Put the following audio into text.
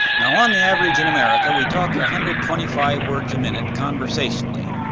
now on the average in america we talk a hundred twenty-five words a minute conversationally,